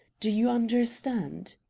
do you understand?